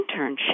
internship